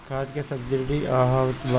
खाद के सबसिडी क हा आवत बा?